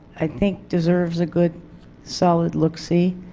i think deserves a good solid looksee.